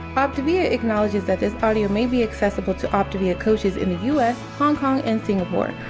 optavia acknowledges that this audio may be accessible to optavia coaches in the u s, hong kong and singapore.